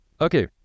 Okay